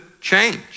change